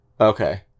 Okay